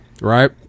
right